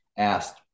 Asked